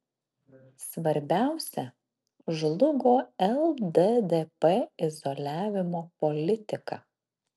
svarbiausia žlugo lddp izoliavimo politika